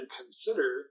consider